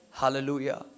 Hallelujah